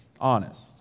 honest